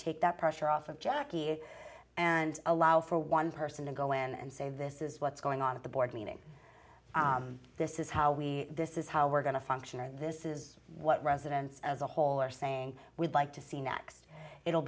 take that pressure off of jackie and allow for one person to go in and say this is what's going on at the board meeting this is how we this is how we're going to function or this is what residents as a whole are saying we'd like to see next it